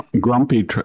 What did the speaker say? Grumpy